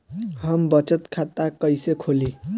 हम बचत खाता कईसे खोली?